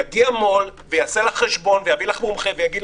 יגיע מול ויעשה לך חשבון ויביא לך מומחה ויגיד